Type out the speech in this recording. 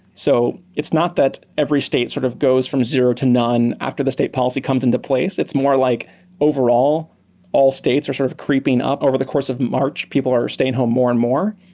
so it's not that every state sort of goes from zero to none after the state policy comes in the place. it's more like overall overall all states are sort of creeping up. over the course of march, people are staying home more and more.